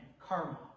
karma